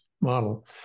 model